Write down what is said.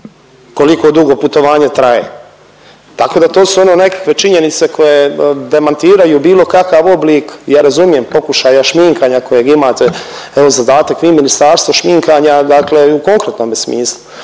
koliko dugo putovanje traje. Tako da to su ono nekakve činjenice koje demantiraju bilo kakav oblik, ja razumijem pokušaja šminkanja kojeg imate, evo zadatak i ministarstva šminkanja dakle u konkretnome smislu,